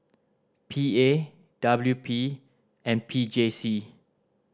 P A W P and P J C